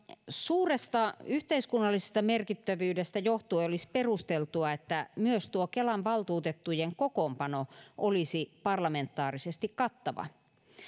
suuresta yhteiskunnallisesta merkittävyydestä johtuen olisi perusteltua että myös kelan valtuutettujen kokoonpano olisi parlamentaarisesti kattava